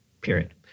period